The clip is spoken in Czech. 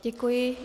Děkuji.